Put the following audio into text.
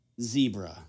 zebra